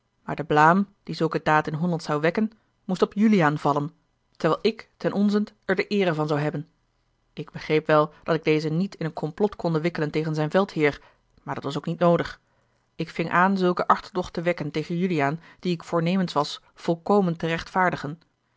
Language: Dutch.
maar de blaam die zulke daad in holland zou wekken moest op juliaan vallen terwijl ik ten onzent er de eere van zou hebben ik begreep wel dat ik dezen niet in een complot konde wikkelen tegen zijn veldheer maar dat was ook niet noodig ik ving aan zulke achterdocht te wekken tegen juliaan die ik voornemens was volkomen